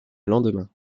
lendemain